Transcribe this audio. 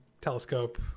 telescope